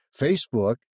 Facebook